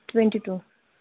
twenty two